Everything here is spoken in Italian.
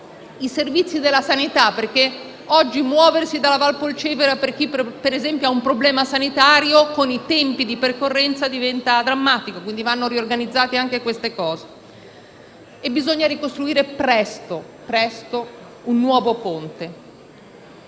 i servizi della sanità: oggi muoversi dalla Val Polcevera per chi, per esempio, ha un problema sanitario, con i tempi di percorrenza diventa drammatico, quindi vanno riorganizzate anche queste situazioni. Bisogna soprattutto ricostruire presto un nuovo ponte.